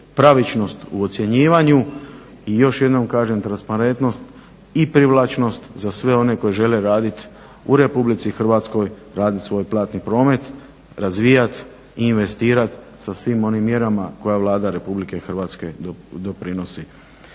pravičnost u ocjenjivanju i još jednom kažem transparentnost i privlačnost za sve one koji žele radit u Republici Hrvatskoj, radit svoj platni promet, razvijat i investirat sa svim onim mjerama koje Vlada RH doprinosi.